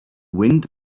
wind